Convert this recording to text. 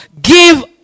give